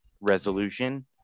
resolution